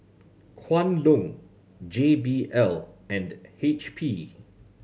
Kwan Loong J B L and H P